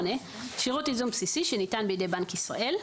שירות ייזום בסיסי שניתן בידי בנק ישראל.